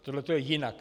Tohleto je jinak.